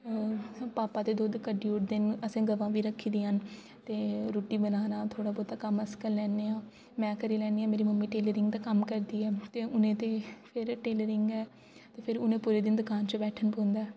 अ भापा ते दुद्ध कड्ढी ओड़दे न असें गवांऽ बी रक्खी दियां न ते रुट्टी बनाना थोह्ड़ा बहोता कम्म अस करी लैने आं में करी लैनी आं मेरी मम्मी टेलरिंग दा कम्म करदे ऐ ते उ'नें ते फिर टेलरिंग गै ते फिर उ'नें पूरे दिन दकान च बैठने पौंदा ऐ